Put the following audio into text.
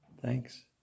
Thanks